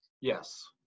Yes